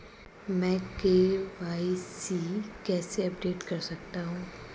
मैं के.वाई.सी कैसे अपडेट कर सकता हूं?